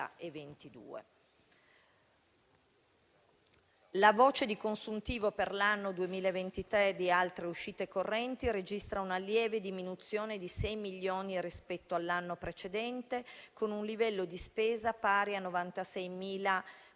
La voce di consuntivo per l'anno 2023 di altre uscite correnti registra una lieve diminuzione di sei milioni rispetto all'anno precedente, con un livello di spesa pari a 96 miliardi